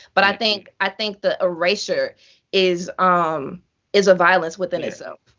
but i think i think the erasure is um is a violence within itself.